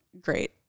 great